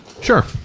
sure